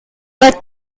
but